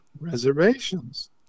reservations